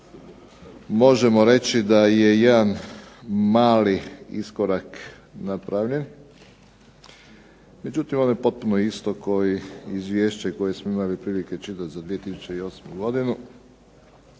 možemo reći da je jedan mali iskorak napravljen, međutim ono je potpuno isto kao i izvješće koje smo imali prilike čitati za 2008. godinu,